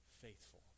faithful